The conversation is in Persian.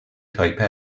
تایپه